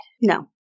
No